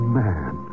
man